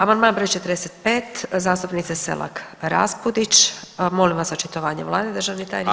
Amandman br. 45 zastupnice Selak Raspudić, molim vas očitovanje Vlade, državni tajniče.